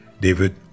David